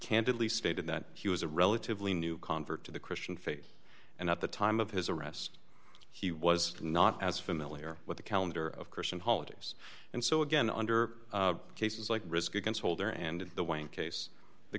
candidly stated that he was a relatively new convert to the christian faith and at the time of his arrest he was not as familiar with the calendar of christian holidays and so again under cases like risk against holder and the way in case the